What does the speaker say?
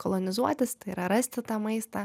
kolonizuotis tai yra rasti tą maistą